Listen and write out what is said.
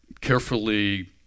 carefully